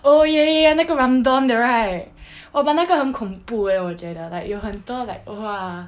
oh ya ya ya 那个的 right oh but 那个很恐怖 eh 我觉得 like 很多 like !wah!